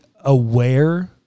aware